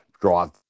drive